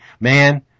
man